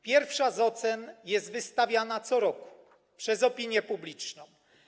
Pierwsza z ocen jest wystawiana co roku przez opinię publiczną.